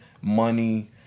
money